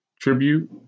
tribute